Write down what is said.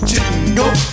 Jingle